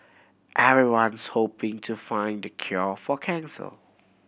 everyone's hoping to find the cure for cancer